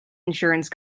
insurance